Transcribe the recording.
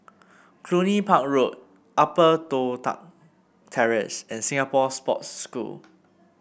Cluny Park Road Upper Toh Tuck Terrace and Singapore Sports School